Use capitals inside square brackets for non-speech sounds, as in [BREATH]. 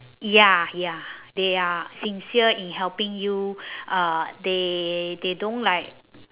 ya ya they are sincere in helping you [BREATH] uh they they don't like